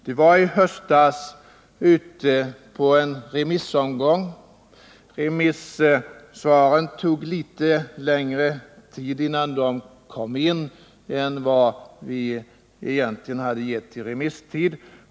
Det var i höstas ute på en remissomgång, men det tog litet längre tid innan remissvaren kom in än vi egentligen hade medgett.